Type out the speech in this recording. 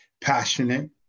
passionate